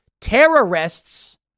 terrorists